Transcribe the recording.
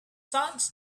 such